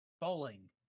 Bowling